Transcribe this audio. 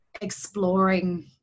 exploring